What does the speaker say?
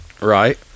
Right